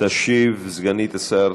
סגנית השר